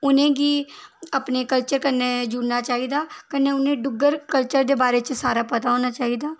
उ'नेंगी अपने कल्चर कन्नै जुड़ना चाहिदा कन्नै उ'नेंगी डुग्गर कल्चर दे बारै च सारा पता होना चाहिदा